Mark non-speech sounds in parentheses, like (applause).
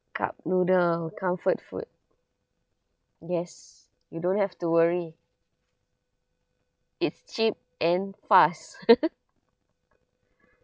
cup noodle comfort food yes you don't have to worry it's cheap and fast (laughs)